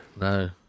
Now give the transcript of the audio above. No